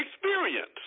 experience